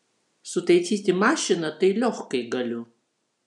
sutaisyti mašiną tai liochkai galiu